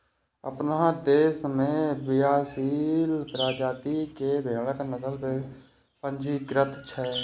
अपना देश मे बियालीस प्रजाति के भेड़क नस्ल पंजीकृत छै